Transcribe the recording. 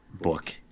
book